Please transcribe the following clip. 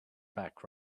back